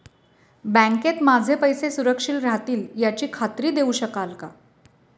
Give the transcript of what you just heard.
बँकेत माझे पैसे सुरक्षित राहतील याची खात्री देऊ शकाल का?